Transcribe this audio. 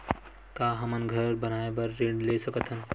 का हमन घर बनाए बार ऋण ले सकत हन?